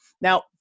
Now